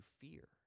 fear